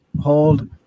hold